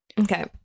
Okay